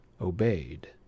obeyed